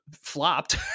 flopped